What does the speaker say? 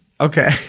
Okay